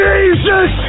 Jesus